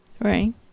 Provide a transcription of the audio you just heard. Right